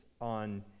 on